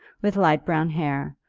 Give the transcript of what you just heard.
with light brown hair,